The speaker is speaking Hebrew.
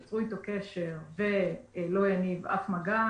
יצרו איתו קשר ולא הניב אף מגע,